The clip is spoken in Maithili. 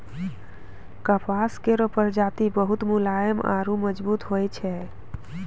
कपास केरो प्रजाति बहुत मुलायम आरु मजबूत होय छै